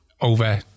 over